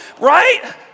right